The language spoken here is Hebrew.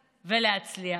ולהצליח.